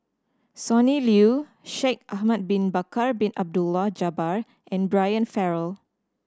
Sonny Liew Shaikh Ahmad Bin Bakar Bin Abdullah Jabbar and Brian Farrell